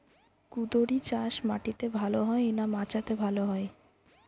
কুঁদরি চাষ মাটিতে ভালো হয় না মাচাতে ভালো হয়?